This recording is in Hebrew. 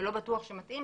ולא בטוח שמתאים,